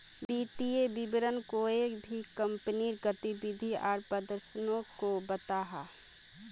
वित्तिय विवरण कोए भी कंपनीर गतिविधि आर प्रदर्शनोक को बताहा